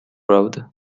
road